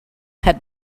had